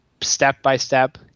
step-by-step